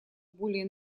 более